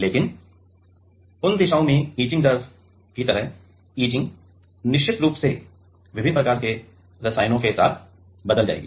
लेकिन उन दिशाओं में इचिंग दर की तरह इचिंग निश्चित रूप से विभिन्न प्रकार के रसायनों के साथ बदल जाएगी